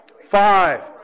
Five